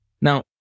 now